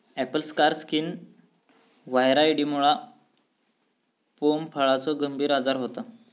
Apple scar skin व्हायरॉइडमुळा पोम फळाचो गंभीर आजार होता